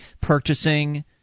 purchasing